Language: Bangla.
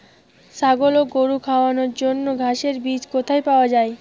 ছাগল ও গরু খাওয়ানোর জন্য ঘাসের বীজ কোথায় পাওয়া যায়?